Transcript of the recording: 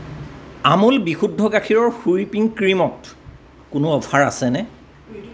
আমুল বিশুদ্ধ গাখীৰৰ হুইপিং ক্ৰীমত কোনো অফাৰ আছেনে